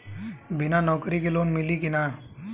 बिना नौकरी के लोन मिली कि ना?